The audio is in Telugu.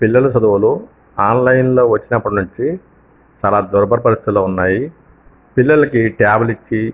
పిల్లల చదువులు ఆన్లైన్లో వచ్చినప్పుడు నుంచి చాలా దుర్భర పరిస్థితుల్లో ఉన్నాయి పిల్లలకి ట్యాబులు ఇచ్చి